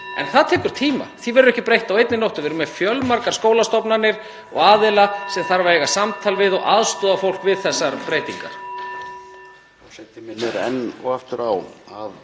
en það tekur tíma. Því verður ekki breytt á einni nóttu. Við erum með (Forseti hringir.) fjölmargar skólastofnanir og aðila sem þarf að eiga samtal við og aðstoða fólk við þessar breytingar.